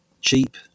cheap